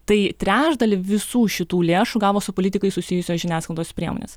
tai trečdalį visų šitų lėšų gavo su politikais susijusios žiniasklaidos priemonės